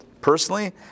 personally